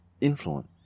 influence